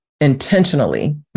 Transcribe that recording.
intentionally